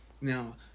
Now